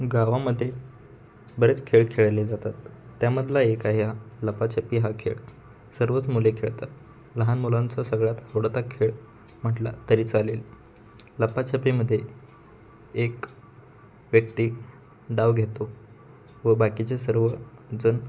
गावामध्ये बरेच खेळ खेळले जातात त्यामधला एक आहे हा लपाछपी हा खेळ सर्वच मुले खेळतात लहान मुलांचा सगळ्यात आवडता खेळ म्हटला तरी चालेल लापाछपीमध्ये एक व्यक्ती डाव घेतो व बाकीचे सर्वजण